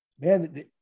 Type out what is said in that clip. man